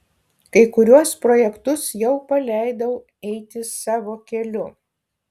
kai kuriuos projektus jau paleidau eiti savo keliu